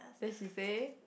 then she say